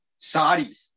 Saudis